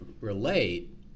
relate